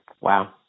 Wow